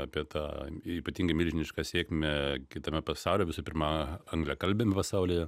apie tą ypatingai milžinišką sėkmę kitame pasauly visų pirma angliakalbiam pasaulyje